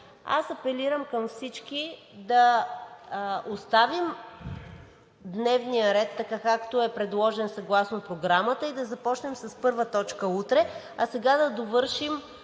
Аз апелирам към всички: да оставим дневния ред, така както е предложен съгласно Програмата, и да започнем с първа точка утре, а сега да довършим